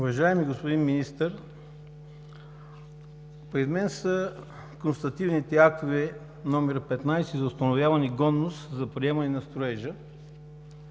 Уважаеми господин Министър, при мен са констативните актове № 15 за установяване на годност за приемане на строежа.